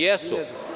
Jesu.